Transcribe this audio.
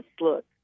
look